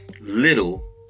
Little